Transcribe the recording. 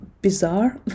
bizarre